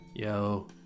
yo